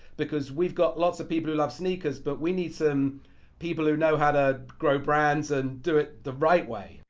because we've got lots of people who love sneakers but we need some people who know how to grow brands and do it the right way.